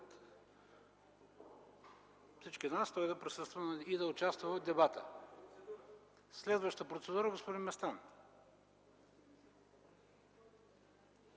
всички нас, той да присъства и да участва в дебата. За следваща процедура господин Местан.